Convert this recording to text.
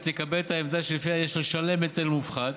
תקבל את העמדה שלפיה יש לשלם היטל מופחת